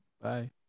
Bye